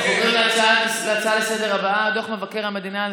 נעבור להצעות הבאות לסדר-היום,